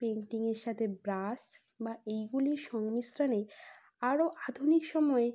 পেন্টিংয়ের সাথে ব্রাশ বা এইগুলির সংমিশ্রনেই আরও আধুনিক সময়ে